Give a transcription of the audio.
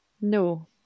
No